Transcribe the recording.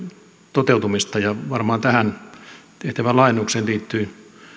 toteutumista ja varmaan tähän tehtävän laajennukseen liittyy